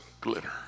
glitter